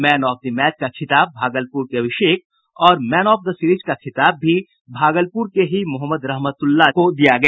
man of the match का खिताब भागलपुर के अभिषेक और मैन ऑफ द सीरिज का खिताब भी भागलपुर के ही मोहम्मद रहमतउल्लाह को दिया गया